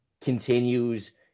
continues